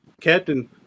Captain